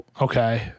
Okay